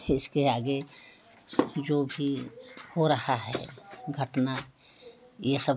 इसके आगे जो भी हो रहा है घटना यह सब